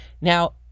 Now